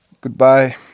goodbye